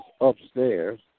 upstairs